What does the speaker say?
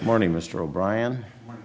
morning mr o'brian m